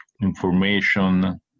information